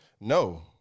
No